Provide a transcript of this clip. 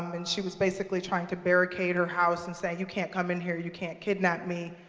um and she was basically trying to barricade her house and say, you can't come in here. you can't kidnap me,